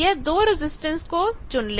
यह दो रजिस्टेंस को चुन ले